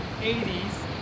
80s